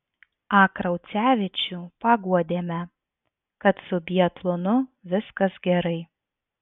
a kraucevičių paguodėme kad su biatlonu viskas gerai